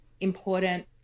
important